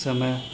समय